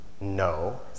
No